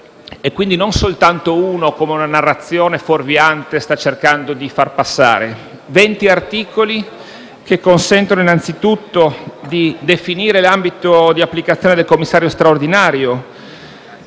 (quindi non soltanto uno, come una narrazione fuorviante sta cercando di far passare). Si tratta di 20 articoli che consentono, innanzitutto, di definire l’ambito di applicazione del commissario straordinario,